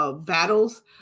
Battles